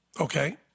okay